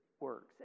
works